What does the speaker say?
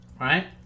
right